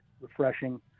refreshing